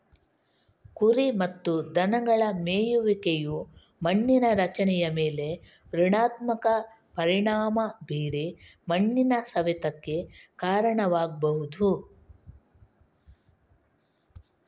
ಕುರಿ ಮತ್ತು ದನಗಳ ಮೇಯುವಿಕೆಯು ಮಣ್ಣಿನ ರಚನೆಯ ಮೇಲೆ ಋಣಾತ್ಮಕ ಪರಿಣಾಮ ಬೀರಿ ಮಣ್ಣಿನ ಸವೆತಕ್ಕೆ ಕಾರಣವಾಗ್ಬಹುದು